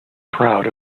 proud